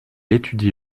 étudie